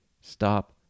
stop